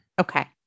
Okay